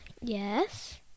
Yes